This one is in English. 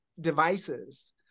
devices